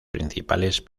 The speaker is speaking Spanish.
principales